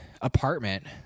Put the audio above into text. apartment